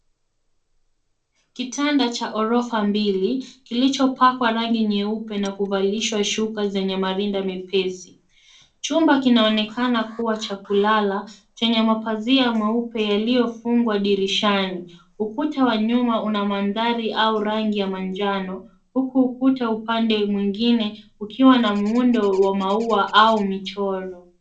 Kitanda cha orofa mbili kilichopakwa rangi nyeupe na kuvalishwa shuka zenye marinda mepesi. Chumba kinaonekana kuwa cha kulala chenye mapazia meupe yaliyofungwa dirishani. Ukuta wa nyuma una mandhari au rangi ya manjano, huku ukuta upande mwingine ukiwa na muundo wa maua au michoro.